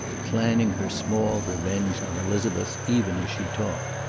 planning her small revenge on elizabeth even as she talked.